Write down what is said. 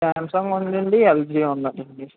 Samsung ఉందండి LG ఉందండి